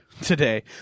today